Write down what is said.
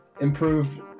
improved